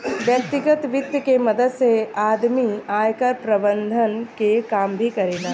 व्यतिगत वित्त के मदद से आदमी आयकर प्रबंधन के काम भी करेला